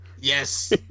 Yes